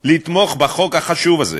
לתמוך בחוק החשוב הזה.